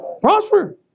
Prosper